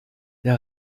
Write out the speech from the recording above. der